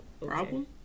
Problem